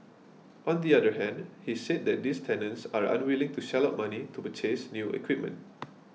on the other hand he said that these tenants are unwilling to shell out money to purchase new equipment